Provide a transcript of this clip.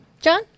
John